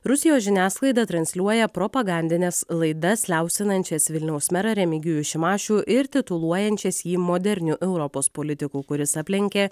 rusijos žiniasklaida transliuoja propagandines laidas liaupsinančias vilniaus merą remigijų šimašių ir tituluojančias jį moderniu europos politiku kuris aplenkė